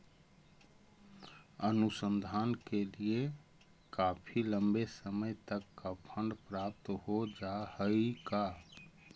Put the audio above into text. अनुसंधान के लिए काफी लंबे समय तक का फंड प्राप्त हो जा हई का